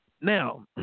Now